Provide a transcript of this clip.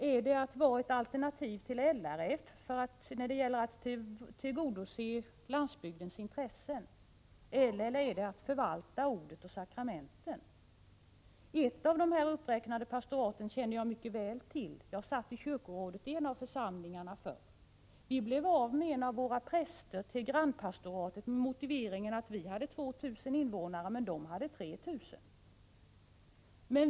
Är det att vara ett alternativ till LRF när det gäller att tillgodose landsbygdens intressen? Eller är det att förvalta ordet och sakramenten? Ett av de uppräknade pastoraten känner jag mycket väl till. Jag satt i kyrkorådet i en av församlingarna förr. Vi blev av med en av våra präster till grannpastoratet med motiveringen att vårt pastorat hade 2 000 invånare, medan grannpastoratet hade 3 000.